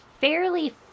fairly